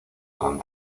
con